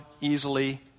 easily